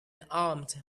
armed